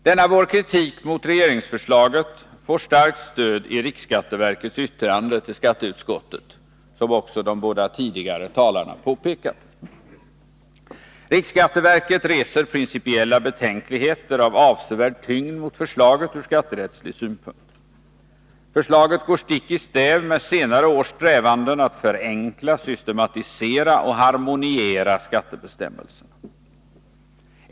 Denna vår kritik mot regeringsförslaget får starkt stöd i riksskatteverkets yttrande till skatteutskottet, vilket de båda tidigare talarna också påpekat. RSV hyser principiella betänkligheter av avsevärd tyngd mot förslaget ur skatterättslig synpunkt. Förslaget går stick i stäv mot senare års strävanden att förenkla, systematisera och harmoniera skattebestämmelserna.